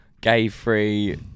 gay-free